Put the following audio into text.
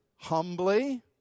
Humbly